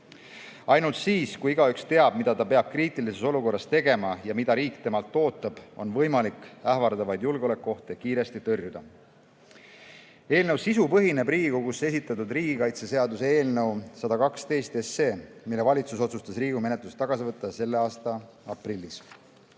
Ainult siis, kui igaüks teab, mida ta peab kriitilises olukorras tegema ja mida riik temalt ootab, on võimalik ähvardavaid julgeolekuohte kiiresti tõrjuda. Eelnõu sisu põhineb Riigikogusse esitatud riigikaitseseaduse muutmise eelnõul 112, mille valitsus otsustas Riigikogu menetlusest tagasi võtta selle aasta aprillis.